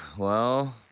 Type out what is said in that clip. well,